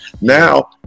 Now